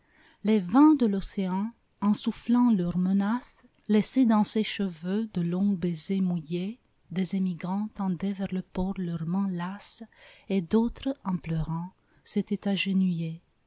les vents de l'océan en soufflant leurs menaces laissaient dans ses cheveux de longs baisers mouillés des émigrants tendaient vers le port leurs mains lasses et d'autres en pleurant